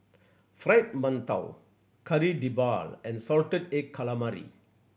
Fried Mantou Kari Debal and salted egg calamari